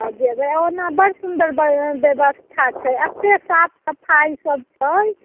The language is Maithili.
आ जेबै ओना बड़ सुंदर व्यवस्था छै एतेक साफ सफाइ सब छै